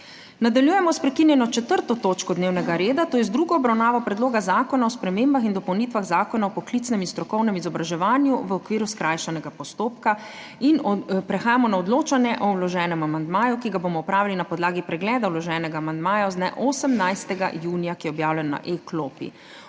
Nadaljujemo sprekinjeno 4. točko dnevnega reda, to je z druga obravnavo Predloga zakona o spremembah in dopolnitvah Zakona o poklicnem in strokovnem izobraževanju v okviru skrajšanega postopka. Prehajamo na odločanje o vloženem amandmaju, ki ga bomo opravili na podlagi pregleda vloženega amandmaja z dne 18. junija, ki je objavljen na e-klopi.